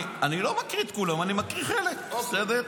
אני לא מקריא את כולם, אני מקריא חלק, בסדר?